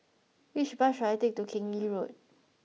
which bus should I take to Keng Lee Road